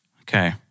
Okay